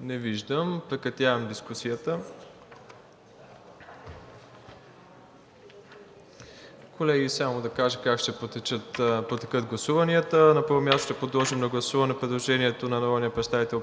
Не виждам. Прекратявам дискусията. Колеги, да Ви кажа как ще протекат гласуванията. На първо място ще подложим на гласуване предложението на народния представител